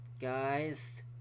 Guys